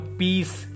peace